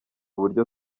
uburyo